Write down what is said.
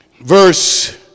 Verse